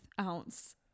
ounce